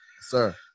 Sir